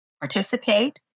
participate